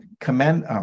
commend